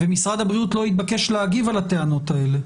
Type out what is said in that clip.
ומשרד הבריאות לא התבקש להגיב על הטענות האלה.